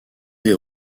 des